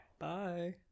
Bye